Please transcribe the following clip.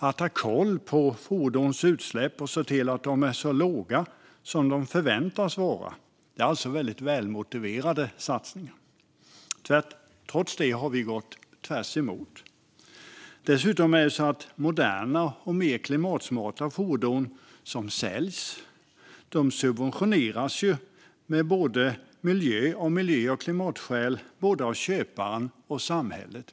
Att ha koll på fordons utsläpp och se till att de är så låga som de förväntas vara är alltså välmotiverat. Trots det har vi gjort tvärtemot. De moderna och mer klimatsmarta fordon som säljs subventioneras dessutom av både köpare och samhälle av miljö och klimatskäl.